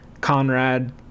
Conrad